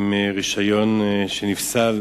רשיון שנפסל